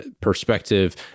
perspective